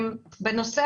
בנושא